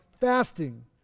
fasting